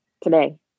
Today